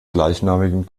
gleichnamigen